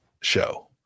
show